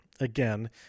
Again